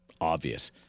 obvious